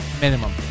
Minimum